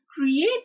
create